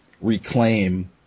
reclaim